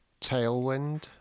Tailwind